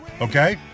Okay